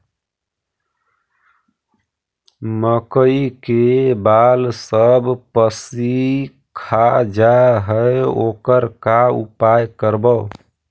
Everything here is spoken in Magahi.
मकइ के बाल सब पशी खा जा है ओकर का उपाय करबै?